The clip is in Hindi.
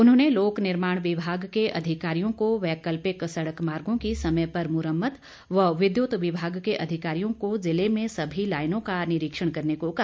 उन्होंने लोकनिर्माण विभाग के अधिकारियों को वैकल्पिक सड़क मार्गों की समय पर मुरम्मत व विद्युत विभाग के अधिकारियों को जिले में सभी लाईनों का निरीक्षण करने को कहा